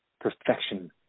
perfection